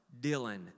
Dylan